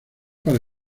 para